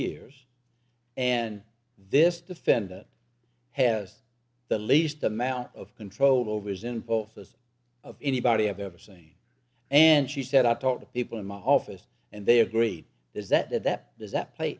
years and this defendant has the least amount of control over his in both those of anybody i've ever seen and she said i've talked to people in my office and their greed is that that that does that play